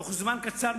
בתוך זמן קצר,